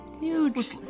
huge